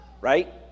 right